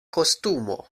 kostumo